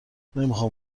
نمیخام